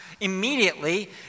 immediately